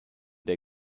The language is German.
der